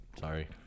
Sorry